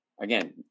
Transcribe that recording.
Again